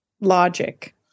logic